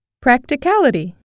Practicality